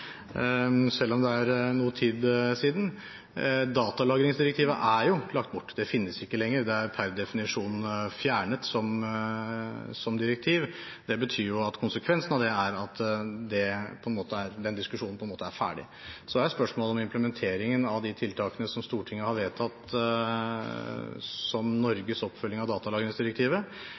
selv om det er noe tid siden. Datalagringsdirektivet er jo lagt bort. Det finnes ikke lenger, det er per definisjon fjernet som direktiv, og konsekvensen av det er at den diskusjonen på en måte er ferdig. Så er spørsmålet om implementeringen av de tiltakene som Stortinget har vedtatt som Norges oppfølging av datalagringsdirektivet: